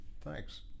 Thanks